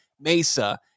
Mesa